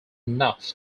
enough